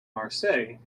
marseille